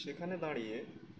সেখানে দাঁড়িয়ে